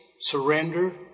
Surrender